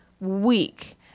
week